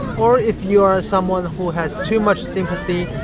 or if you are someone who has too much sympathy,